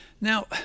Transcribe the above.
now